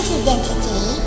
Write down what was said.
identity